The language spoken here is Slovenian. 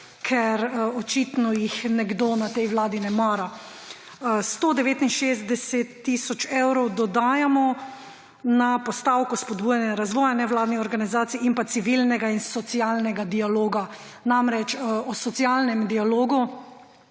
jih očitno nekdo v tej vladi ne mara. 169 tisoč evrov dodajamo na postavko Spodbujanje razvoja nevladnih organizacij ter civilnega in socialnega dialoga. O socialnem dialogu